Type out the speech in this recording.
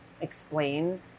explain